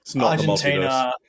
Argentina